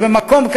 כי במקום,